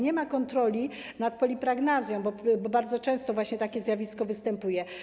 Nie ma kontroli nad polipragmazją, a bardzo często właśnie takie zjawisko występuje.